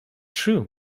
true